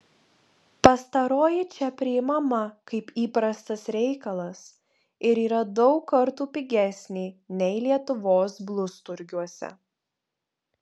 pastaroji čia priimama kaip įprastas reikalas ir yra daug kartų pigesnė nei lietuvos blusturgiuose